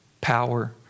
power